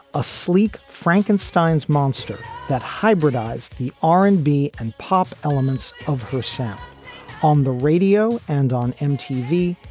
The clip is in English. a sleek frankenstein's monster that hybridize the r and b and pop elements of herself on the radio and on mtv.